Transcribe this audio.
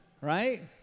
Right